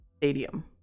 Stadium